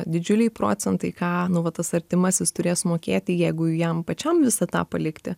didžiuliai procentai ką nu va tas artimasis turės mokėti jeigu jam pačiam visą tą palikti